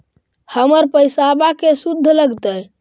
हमर पैसाबा के शुद्ध लगतै?